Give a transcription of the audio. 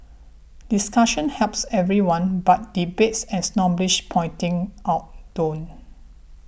discussion helps everyone but debates and snobbish pointing out don't